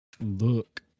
look